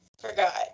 forgot